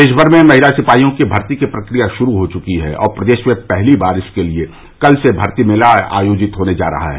देशभर में महिला सिपाहियों की भर्ती की प्रक्रिया शुरू हो चुकी है और प्रदेश में पहली बार इसके लिए कल से भर्ती मेला आयोजित होने जा रहा है